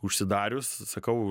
užsidarius sakau